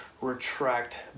retract